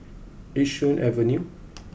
Yishun Avenue